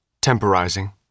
temporizing